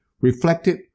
reflected